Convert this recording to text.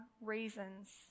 reasons